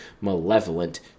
malevolent